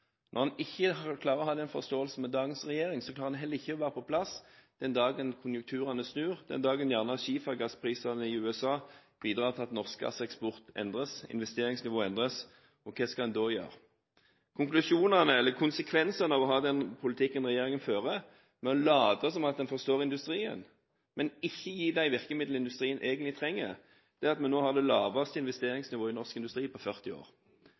Når en ikke klarer å ha den forståelsen med dagens regjering, klarer en heller ikke få den på plass den dagen konjunkturene snur, den dagen gjerne skifergassprisene i USA bidrar til at norsk gasseksport endres, og investeringsnivået endres. Hva skal en da gjøre? Konsekvensene av den politikken regjeringen fører, med å late som at en forstår industrien, men ikke gi industrien de virkemidlene den egentlig trenger, er at vi nå har det laveste investeringsnivået i norsk industri på 40 år.